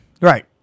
Right